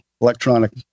electronic